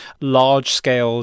large-scale